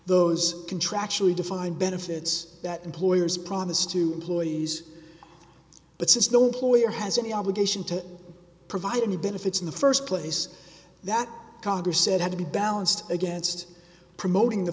those contractually defined benefits that employers promise to ploy these but says the employer has any obligation to provide any benefits in the first place that congress said had to be balanced against promoting the